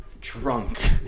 drunk